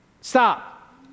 stop